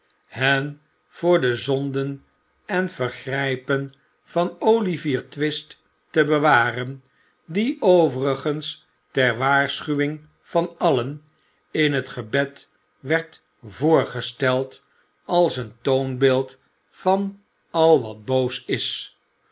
hen voor de zonden en vergrijpen van olivier twist te bewaren die overigens ter waarschuwing van allen in het gebed werd voorgesteld als een toonbeeld van al wat boos is